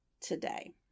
today